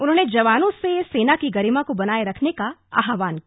उन्होंने जवानों से सेना की गरिमा को बनाए रखने का आह्वान किया